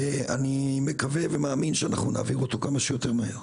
ואני מקווה ומאמין שנעביר אותו כמה שיותר מהר.